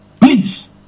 Please